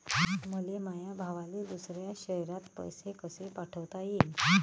मले माया भावाले दुसऱ्या शयरात पैसे कसे पाठवता येईन?